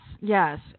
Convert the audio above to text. yes